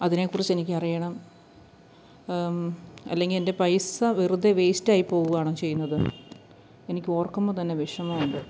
അതിനെക്കുറിച്ചെനിക്കറിയണം അല്ലെങ്കില് എൻ്റെ പൈസ വെറുതെ വേസ്റ്റായി പോകുവാണോ ചെയ്യുന്നത് എനിക്കോർക്കുമ്പോള്ത്തന്നെ വിഷമമുണ്ട്